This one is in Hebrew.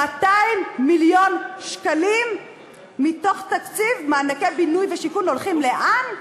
200 מיליון שקלים מתוך תקציב מענקי בינוי ושיכון הולכים לאן?